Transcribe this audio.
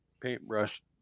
paintbrush